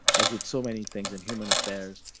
as with so many things in human affairs,